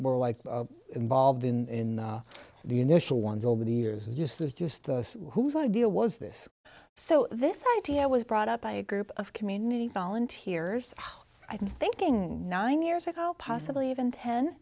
were like involved in the initial ones over the years just as just whose idea was this so this idea was brought up by a group of community volunteers i thinking nine years ago possibly even ten